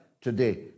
today